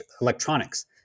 electronics